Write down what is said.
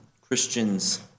Christians